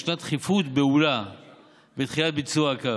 יש דחיפות בהולה בהתחלת ביצוע הקו.